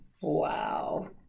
Wow